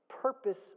purpose